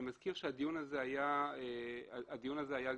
אני מזכיר שאותו דיון היה בחוק,